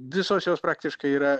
visos jos praktiškai yra